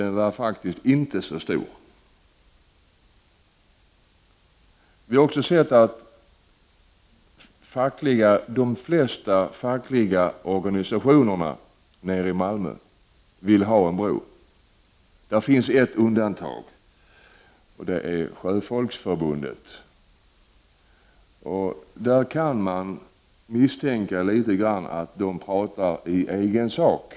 Den majoriteten var dock inte särskilt Vi har också konstaterat att de flesta fackliga organisationerna i Malmö vill ha en bro. Det finns ett undantag, och det är Sjöfolksförbundet. Man kan misstänka att Sjöfolksförbundet talar i egen sak.